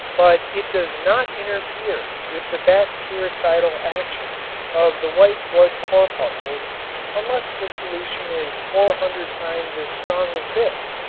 but it does not interfere with the bactericidal action of the white blood corpuscles unless the solution is four hundred times as strong as this,